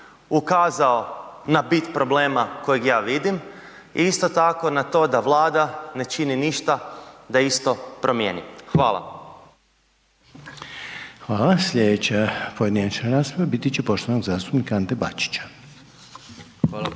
ukazao na bit problema kojeg ja vidim i isto tako na to da Vlada ne čini ništa da isto promijeni. Hvala. **Reiner, Željko (HDZ)** Hvala. Sljedeća pojedinačna rasprava biti će poštovanog zastupnika Ante Bačića.